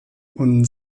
und